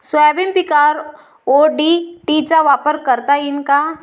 Soybean पिकावर ODT चा वापर करता येईन का?